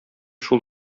шул